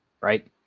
right